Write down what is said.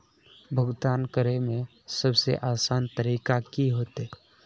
भुगतान करे में सबसे आसान तरीका की होते?